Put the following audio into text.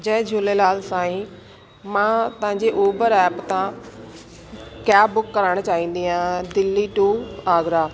जय झूलेलाल साईं मां तव्हांजे Uber app सां कैब बुक कराइण चाहींदी आहियां दिल्ली टू आगरा